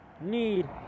need